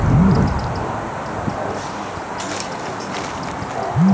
ए लूट ल भारत म सबले बड़का लूट माने जाथे